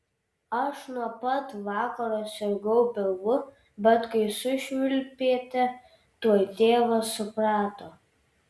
aš nuo pat vakaro sirgau pilvu bet kai sušvilpėte tuoj tėvas suprato